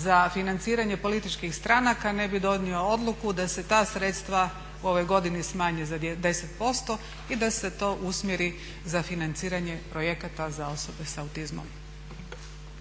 za financiranje političkih stranaka ne bi donio odluku da se ta sredstva u ovoj godini smanje za 10% i da se to usmjeri za financiranje projekata za osobe sa autizmom.